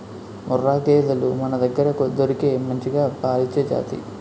ముర్రా గేదెలు మనదగ్గర దొరికే మంచిగా పాలిచ్చే జాతి